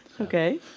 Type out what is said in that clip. Okay